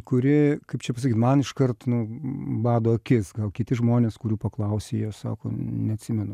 kuri kaip čia pasakyt man iškart nu bado akis gal kiti žmonės kurių paklausi jie sako neatsimenu